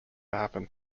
happen